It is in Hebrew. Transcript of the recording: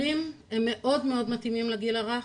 נגיש מאוד, יושב במרכז לגיל הרך,